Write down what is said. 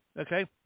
okay